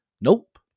Nope